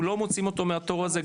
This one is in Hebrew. לא מוציאים אותו מהתור הזה,